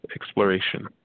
exploration